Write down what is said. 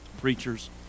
preachers